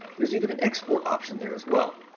there's even an export option there as well.